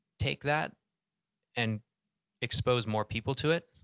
take that and expose more people to it.